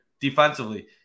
defensively